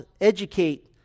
educate